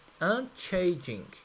unchanging